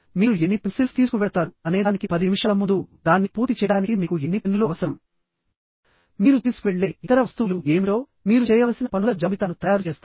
మీరు ఎన్ని పెన్సిల్స్ తీసుకువెళతారు అనేదానికి పది నిమిషాల ముందు దాన్ని పూర్తి చేయడానికి మీకు ఎన్ని పెన్నులు అవసరం మీరు తీసుకువెళ్ళే ఇతర వస్తువులు ఏమిటో మీరు చేయవలసిన పనుల జాబితాను తయారు చేస్తారా